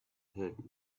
heard